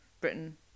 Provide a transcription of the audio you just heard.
Britain